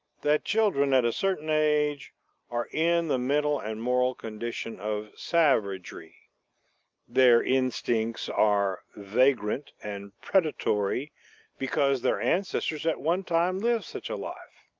that children at a certain age are in the mental and moral condition of savagery their instincts are vagrant and predatory because their ancestors at one time lived such a life.